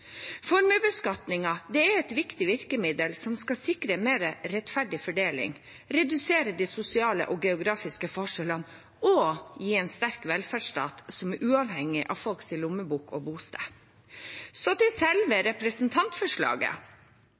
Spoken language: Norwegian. er et viktig virkemiddel som skal sikre mer rettferdig fordeling, redusere de sosiale og geografiske forskjellene og gi en sterk velferdsstat som er uavhengig av folks lommebok og bosted. Så til selve representantforslaget: